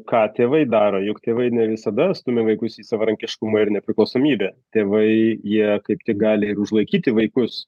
ką tėvai daro juk tėvai ne visada stumia vaikus į savarankiškumą ir nepriklausomybę tėvai jie kaip tik gali ir užlaikyti vaikus